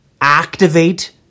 activate